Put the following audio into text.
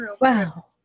Wow